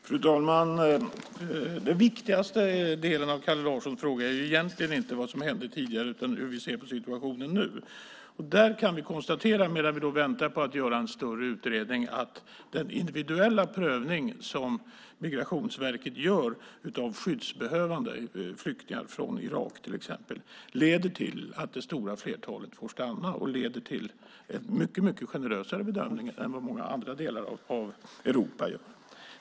Fru talman! Den viktigaste delen av Kalle Larssons fråga är egentligen inte vad som hände tidigare utan hur vi ser på situationen nu. Där kan vi konstatera, medan vi väntar på att göra en större utredning, att den individuella prövning som Migrationsverket gör av skyddsbehövande flyktingar från Irak, till exempel, leder till att det stora flertalet får stanna. Det leder till en mycket generösare bedömning än den man gör i många andra delar av Europa.